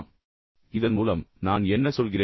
எனவே இதன் மூலம் நான் என்ன சொல்கிறேன்